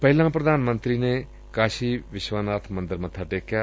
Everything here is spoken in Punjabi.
ਪਹਿਲਾਂ ਪੁਧਾਨ ਮੰਤਰੀ ਨੇ ਕਾਸ਼ੀ ਵਿਸ਼ਵਾਨਾਬ ਮੰਦਰ ਮੱਬਾ ਟੇਕਿਆ